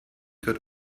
got